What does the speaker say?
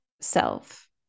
self